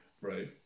Right